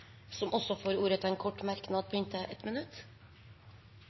får ordet til en kort merknad, begrenset til 1 minutt.